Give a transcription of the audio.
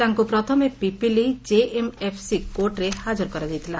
ତାଙ୍କୁ ପ୍ରଥମେ ପିପିଲି ଜେଏମ୍ଏଫ୍ସି କୋର୍ଟରେ ହାଜର କରାଯାଇଥିଲା